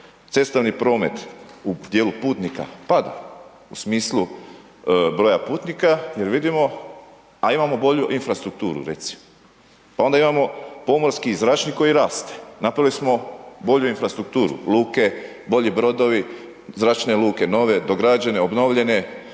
Cestovni promet u dijelu putnika pada u smislu broja putnika jer vidimo, a imamo bolju infrastrukturu recimo, pa onda imamo pomorski i zračni koji raste, napravili smo bolju infrastrukturu luke, bolji brodovi, zračne luke nove, dograđene, obnovljene,